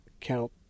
count